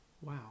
Wow